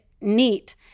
neat